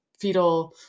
fetal